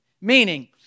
Meaning